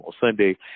Sunday